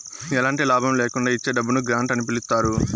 ఎలాంటి లాభం ల్యాకుండా ఇచ్చే డబ్బును గ్రాంట్ అని పిలుత్తారు